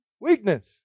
Weakness